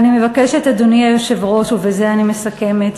ואני מבקשת, אדוני היושב-ראש, ובזה אני מסכמת,